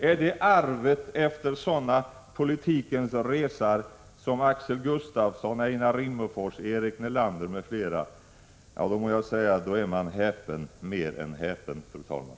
Är det arvet efter sådana politikens resar som Axel Gustafsson, Einar Rimmerfors och Eric Nelander m.fl.? Då blir man häpen, må jag säga, mer än häpen, fru talman.